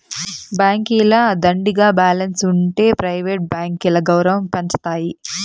బాంకీల దండిగా బాలెన్స్ ఉంటె ప్రైవేట్ బాంకీల గౌరవం పెంచతాయి